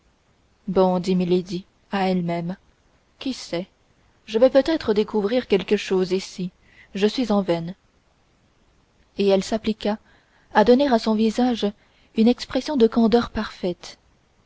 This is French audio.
dit milady à elle-même qui sait je vais peut-être découvrir quelque chose ici je suis en veine et elle s'appliqua à donner à son visage une expression de candeur parfaite